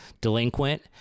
delinquent